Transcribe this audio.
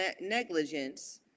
negligence